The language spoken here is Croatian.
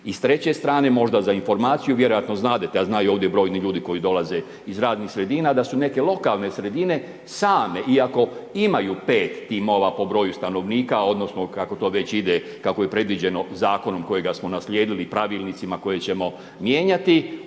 I s treće strane, možda za informaciju, vjerojatno znadete, a znaju ovdje i brojni ljudi koji dolaze iz radnih sredina, da su neke lokalne sredine same, iako imaju 5 timova po broju stanovnika, odnosno kako to već ide, kako je predviđeno Zakonom kojega smo naslijedili i pravilnicima koje ćemo mijenjati,